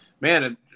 man